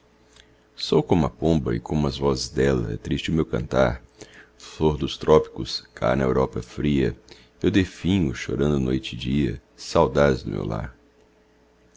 sou como a pomba e como as vozes dela é triste o meu cantar flor dos trópicos cá na europa fria eu definho chorando noite e dia saudades do meu lar